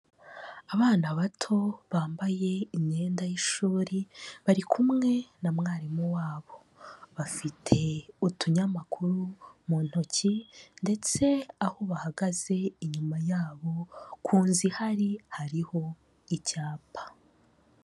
Abana bato bambaye imyenda y'ishuri bari kumwe na mwarimu wa bo, bafite utunyamakuru mu ntoki ndetse aho bahagaze inyuma y'abo kuzuhari hariho icyapa.